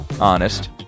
honest